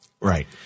Right